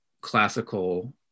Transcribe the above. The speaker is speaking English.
classical